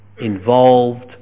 involved